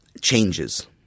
changes